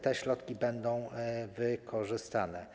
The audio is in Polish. Te środki będą wykorzystane.